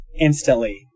instantly